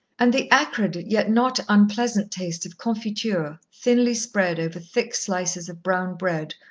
and the acrid, yet not unpleasant taste of confiture thinly spread over thick slices of brown bread,